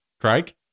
Craig